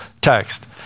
text